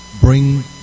bring